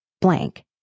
blank